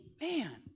man